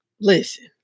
Listen